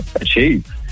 achieve